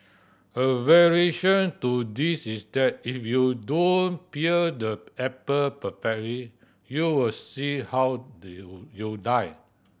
a variation to this is that if you don't peel the apple perfectly you will see how you die